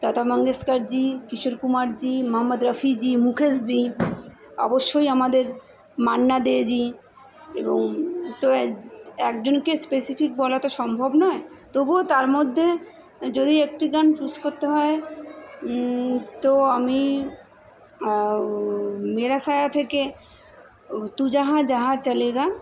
লতা মঙ্গেশকর জি কিশোর কুমার জি মহম্মদ রফি জি মুকেশ জি অবশ্যই আমাদের মান্না দে জি এবং তো এক একজনকে স্পেসিফিক বলা তো সম্ভব নয় তবুও তার মধ্যে যদি একটি গান চুজ করতে হয় তো আমি মেরা সায়া থেকে তু যাহা যাহা চলেগা